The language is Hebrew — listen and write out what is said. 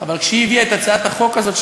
אבל כשהיא הביאה את הצעת החוק הזאת,